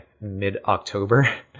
mid-October